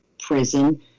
prison